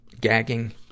gagging